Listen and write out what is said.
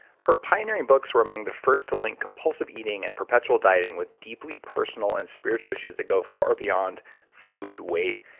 her pioneering books were among the first to link compulsive eating and perpetual dieting with deeply personal and spiritual issues that go far beyond food, weight,